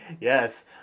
Yes